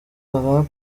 kagame